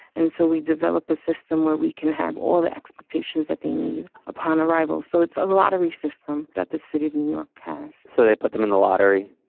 and so we develop a system where we can have all the expectations that they need upon arrival. so it's a lottery system that the city of new york has so they put them in a lottery.